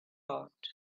thought